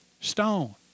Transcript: stone